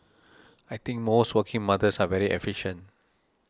I think most working mothers are very efficient